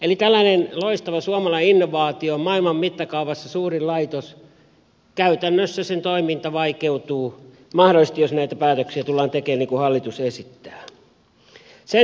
eli käytännössä tällaisen loistavan suomalaisen innovaation maailman mittakaavassa suuren laitoksen toiminta mahdollisesti vaikeutuu jos näitä päätöksiä tullaan tekemään niin kuin hallitus esittää